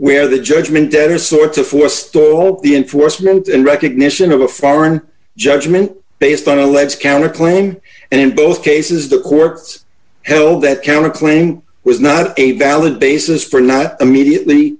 where the judgment debtor sort to forestall the enforcement and recognition of a foreign judgment based on legs counterclaim and in both cases the courts held that counterclaim was not a valid basis for not immediately